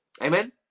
Amen